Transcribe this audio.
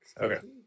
Okay